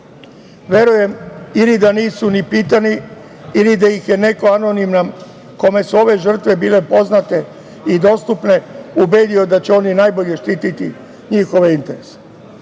Verujem ili da nisu ni pitani ili da ih je neko anoniman kome su ove žrtve bile poznate i dostupne ubedio da će oni najbolje štititi njihove interese. Nizak